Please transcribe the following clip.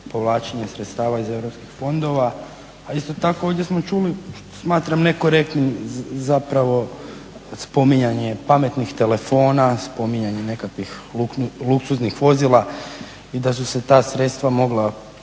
povlačenje sredstava iz EU fondova, a isto tako ovdje smo čuli, smatram nekorektnim zapravo spominjanje pametnih telefona, spominjanje nekakvih luksuznih vozila i da su se ta sredstva mogla